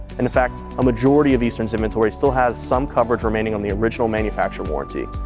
and in fact, a majority of eastman's inventory still has some coverage remaining on the original manufacturer warranty.